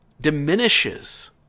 diminishes